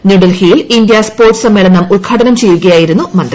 ന്യൂഡൽഹിയിൽ India sports സമ്മേളനം ഉത്ഘാടനം ചെയ്യുകയായിരുന്നു മന്ത്രി